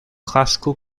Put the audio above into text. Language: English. classical